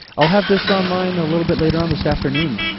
i'll have this online a little bit later on this afternoon,